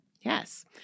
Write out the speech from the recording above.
Yes